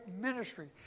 ministry